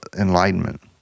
enlightenment